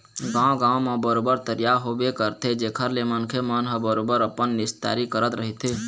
गाँव गाँव म बरोबर तरिया होबे करथे जेखर ले मनखे मन ह बरोबर अपन निस्तारी करत रहिथे